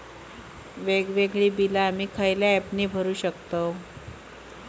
वेगवेगळी बिला आम्ही खयल्या ऍपने भरू शकताव?